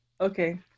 okay